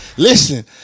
Listen